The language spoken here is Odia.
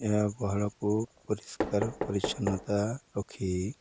ଏହା ଗୁହାଳକୁ ପରିଷ୍କାର ପରିଚ୍ଛନ୍ନତା ରଖି